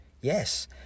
Yes